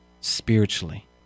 spiritually